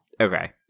Okay